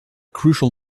crucial